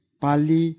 pali